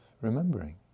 remembering